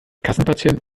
kassenpatient